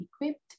equipped